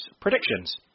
predictions